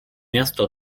miasto